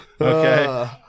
Okay